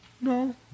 No